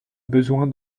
besoin